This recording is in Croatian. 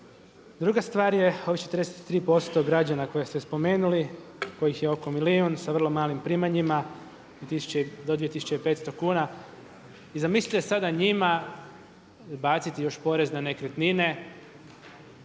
Druga stvar, ovih 43% građana koje ste spomenuli kojih je oko milijun sa vrlo malim primanjima do 2.500 kuna i zamislite sada njima baciti još porez na nekretnine.